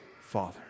father